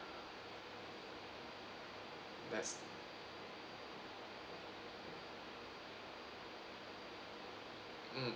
that's mm